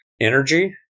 energy